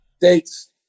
Dates